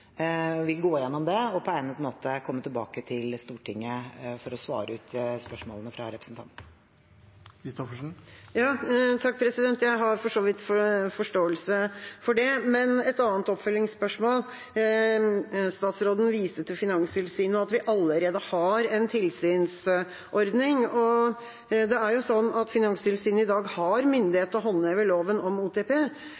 vil gå gjennom den og på egnet måte komme tilbake til Stortinget for å svare på spørsmålene fra representanten. Jeg har for så vidt forståelse for det. Et annet oppfølgingsspørsmål: Statsråden viste til Finanstilsynet og at vi allerede har en tilsynsordning. Det er jo sånn at Finanstilsynet i dag har